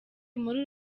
muri